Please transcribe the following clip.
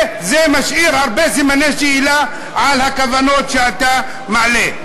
וזה משאיר הרבה סימני שאלה על הכוונות שאתה מעלה.